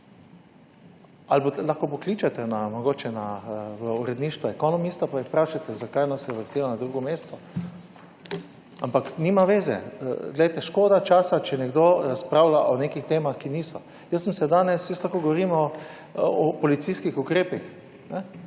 lahko pokličete mogoče na v uredništvo Ekonomist, pa jih vprašajte zakaj nas je uvrstila na drugo mesto. Ampak nima veze. Poglejte, škoda časa, če nekdo razpravlja o nekih temah, ki niso. Jaz sem se danes, jaz lahko govorimo o policijskih ukrepih.